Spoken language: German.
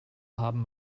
haben